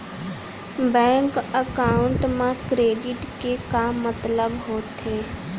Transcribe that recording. Bank account मा credit के का मतलब होथे?